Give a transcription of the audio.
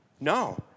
No